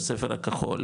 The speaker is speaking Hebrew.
בספר הכחול,